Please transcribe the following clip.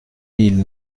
mille